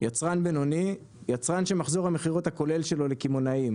"יצרן בינוני" יצרן שמחזור המכירות הכולל שלו לקמעונאים,